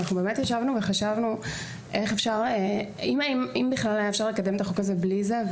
אנחנו באמת ישבנו וחשבנו אם בכלל היה אפשר לקדם את החוק הזה בלי זה,